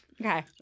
Okay